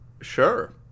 sure